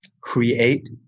create